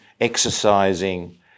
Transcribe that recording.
exercising